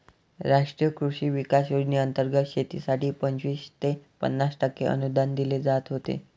राष्ट्रीय कृषी विकास योजनेंतर्गत शेतीसाठी पंचवीस ते पन्नास टक्के अनुदान दिले जात होते